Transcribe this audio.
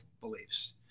beliefs